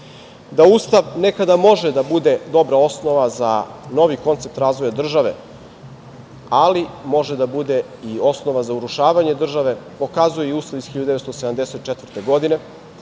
ustav nekada može da bude dobra osnova za novi koncept razvoja države, ali može da bude i osnova za urušavanje države, pokazuje i Ustav iz 1974. godine,